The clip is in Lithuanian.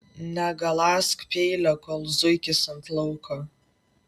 negaląsk peilio kol zuikis ant lauko